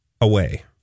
away